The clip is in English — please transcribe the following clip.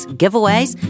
giveaways